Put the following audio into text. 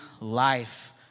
life